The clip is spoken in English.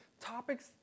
topics